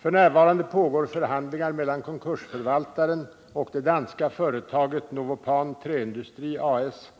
F.n. pågår förhandlingar mellan konkursförvaltaren och det danska företaget Novopan Träindustrie a/s